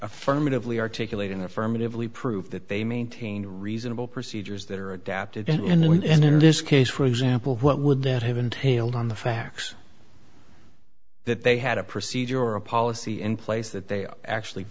affirmatively articulate in affirmatively prove that they maintain reasonable procedures that are adapted and in this case for example what would that have entailed on the facts that they had a procedure or a policy in place that they actually